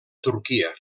turquia